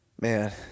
man